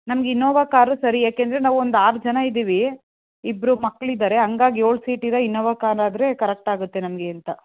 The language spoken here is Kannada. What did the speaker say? ನಮ್ಗೆ ಇನೋವಾ ಕಾರು ಸರಿ ಯಾಕೇಂದರೆ ನಾವು ಒಂದು ಆರು ಜನ ಇದ್ದೀವಿ ಇಬ್ಬರು ಮಕ್ಳಿದಾರೆ ಹಂಗಾಗ್ ಏಳು ಸೀಟ್ ಇರೋ ಇನೋವಾ ಕಾರ್ ಆದರೆ ಕರೆಕ್ಟ್ ಆಗುತ್ತೆ ನಮಗೆ ಅಂತ